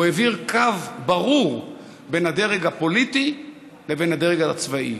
הוא העביר קו ברור בין הדרג הפוליטי לבין הדרג הצבאי.